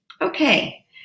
Okay